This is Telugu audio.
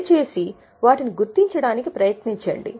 దయచేసి వాటిని గుర్తించడానికి ప్రయత్నించండి